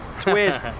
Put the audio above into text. Twist